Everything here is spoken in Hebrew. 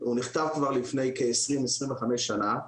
הוא נכתב כבר לפני כ-20-25 שנה.